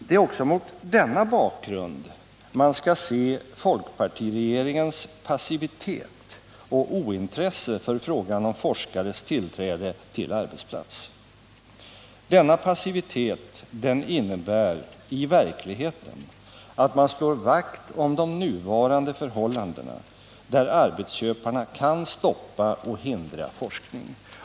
Det är också mot denna bakgrund man skall se folkpartiregeringens passivitet och ointresse för frågan om forskares tillträde till arbetsplats. Denna passivitet innebär i verkligheten att man slår vakt om de nuvarande förhållandena, där arbetsköparna kan stoppa och hindra forskning.